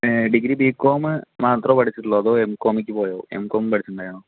degree B Com മാത്രമെ പഠിച്ചിട്ടുള്ളോ അതോ എംകോമില്ലേക്ക് പോയോ എംകോം പഠിച്ചിട്ടുണ്ടായിരുന്നോ